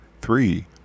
three